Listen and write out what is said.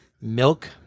Milk